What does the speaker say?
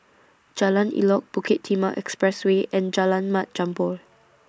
Jalan Elok Bukit Timah Expressway and Jalan Mat Jambol